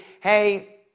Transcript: hey